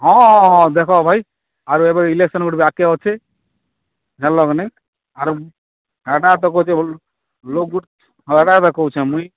ହଁ ଦେଖ ଭାଇ ଆଉ ଏବେ ଇଲେକ୍ସନ୍ ଗୁଡ଼ିକ ବାକି ଅଛି ଜାଣିଲ କିନି ଆରୁ ହେଟା ତ କହୁଛି ଲୋକ ହେଟା ତ କହୁଛେ ମୁଇଁ